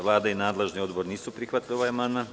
Vlada i nadležni odbor nisu prihvatili ovaj amandman.